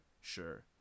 sure